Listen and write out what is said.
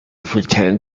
pretend